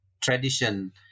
tradition